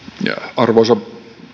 arvoisa